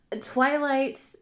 Twilight